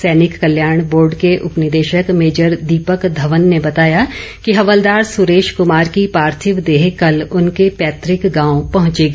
सैनिक कल्याण बोर्ड के उपनिदेशक मेजर दीपक धवन ने बताया कि हवलदार सुरेश कुमार की पार्थिव देह कल उनके पैतुक गांव पहुंचेगी